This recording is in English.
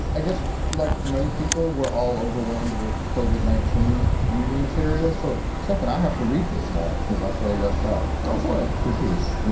i guess like many people, we're all overwhelmed with kogut, nineteen, reading material. so suffern, i have to read this now because i feel left out. go for it good piece. yeah